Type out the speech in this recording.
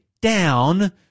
down